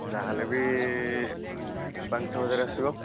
ଯାହେଲେ ବି ପାଞ୍ଚ ଛଅ ହଜାର ଆସିବ